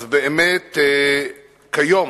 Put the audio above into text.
באמת כיום